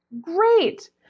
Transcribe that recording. Great